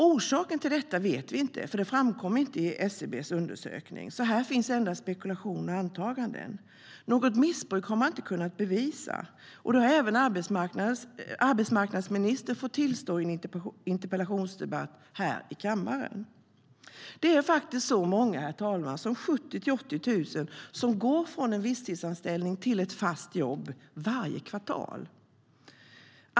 Orsaken till detta vet vi inte, för det framkom inte i SCB:s undersökning. Här finns endast spekulationer och antaganden. Något missbruk har man inte kunnat bevisa. Det har även arbetsmarknadsministern fått tillstå i en interpellationsdebatt här i kammaren. Det är faktiskt så många, herr talman, som 70 000-80 000 som går från en visstidsanställning till ett fast jobb varje kvartal.